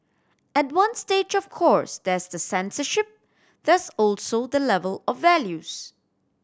at one stage of course there's the censorship there's also the level of values